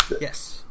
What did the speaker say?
yes